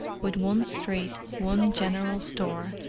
with one street, one general store,